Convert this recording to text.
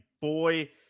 boy